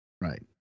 right